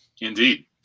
Indeed